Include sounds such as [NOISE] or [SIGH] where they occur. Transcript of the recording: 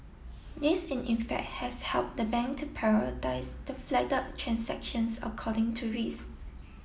this in effect has helped the bank to prioritise the [UNINTELLIGIBLE] transactions according to risk